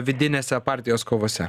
vidinėse partijos kovose